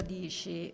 dici